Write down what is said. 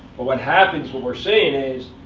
but what happens, what we're seeing is,